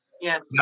Yes